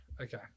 Okay